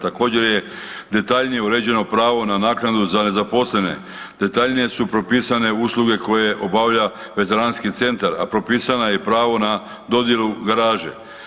Također je detaljnije uređeno pravo na naknadu za nezaposlene, detaljnije su propisane usluge koje obavlja Veteranski centar, a propisano je i pravo na dodjelu garaže.